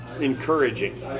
encouraging